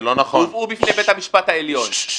הובאו בפני בית המשפט העליון -- זה לא נכון.